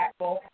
impactful